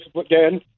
Again